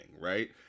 right